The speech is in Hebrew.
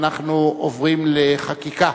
אנחנו עוברים לחקיקה.